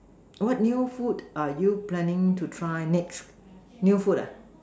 what new food are you planning to try next new food ah